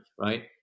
right